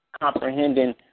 comprehending